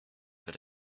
that